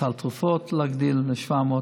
סל התרופות להגדיל ל-700.